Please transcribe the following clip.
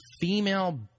female